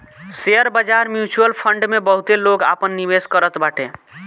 share बाजार, mutual fund में बहुते लोग आपन निवेश करत बाटे